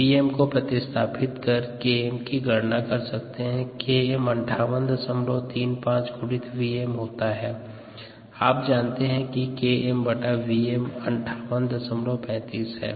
Vm को प्रतिस्थापित कर Km की गणना कर सकते हैं Km 5835 × Vm होता है आप जानते हैं कि KmVm 5835 है